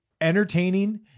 entertaining